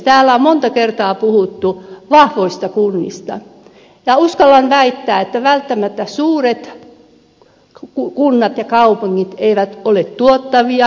täällä on monta kertaa puhuttu vahvoista kunnista ja uskallan väittää että välttämättä suuret kunnat ja kaupungit eivät ole tuottavia